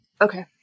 Okay